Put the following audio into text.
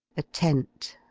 a tent.